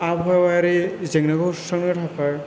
आबहावायारि जेंनाखौ सुस्रांनो थाखाय